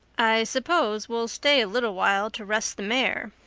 i suppose we'll stay a little while to rest the mare,